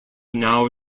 now